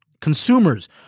consumers